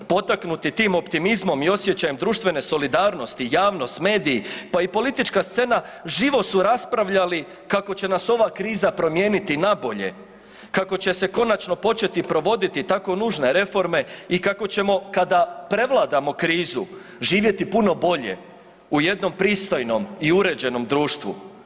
Potaknuti tim optimizmom i osjećajem društvene solidarnosti, javnost, mediji, pa i politička scena živo su raspravljali kako će nas ova kriza promijeniti nabolje, kako će se konačno početi provoditi tako nužne reforme i kako ćemo kada prevladamo krizu živjeti puno bolje u jednom pristojnom i uređenom društvu.